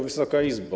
Wysoka Izbo!